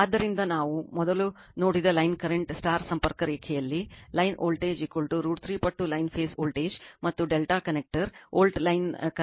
ಆದ್ದರಿಂದ ನಾವು ಮೊದಲು ನೋಡಿದ ಲೈನ್ ಕರೆಂಟ್ ಸಂಪರ್ಕ ರೇಖೆಯಲ್ಲಿ ಲೈನ್ ವೋಲ್ಟೇಜ್ √ 3 ಪಟ್ಟು ಲೈನ್ ಫೇಸ್ ವೋಲ್ಟೇಜ್ ಮತ್ತು ∆ ಕನೆಕ್ಟರ್ ವೋಲ್ಟ್ ಲೈನ್ ಕರೆಂಟ್ √ 3 ಪಟ್ಟು ಫೇಸ್ ಕರೆಂಟ್